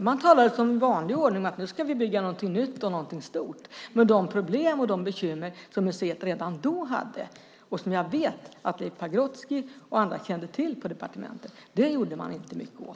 Man talade i vanlig ordning om att nu ska vi bygga någonting nytt och någonting stort. Men de problem och de bekymmer som museet redan då hade och som jag vet att Leif Pagrotsky och andra kände till på departementet gjorde man inte mycket åt.